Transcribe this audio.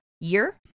year